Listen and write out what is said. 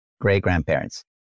Great-grandparents